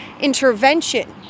intervention